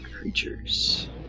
Creatures